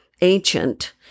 ancient